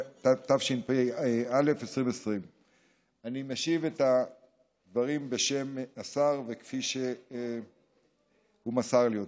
התשפ"א 2020. אני משיב את הדברים בשם השר וכפי שהוא מסר לי אותם.